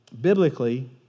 biblically